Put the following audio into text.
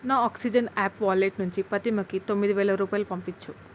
నా oxygen app wallet నుంచి ఫాతిమాకి తొమ్మిదివేల రూపాయలు పంపించు